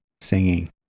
singing